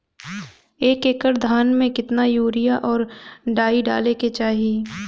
एक एकड़ धान में कितना यूरिया और डाई डाले के चाही?